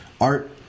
Art